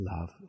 love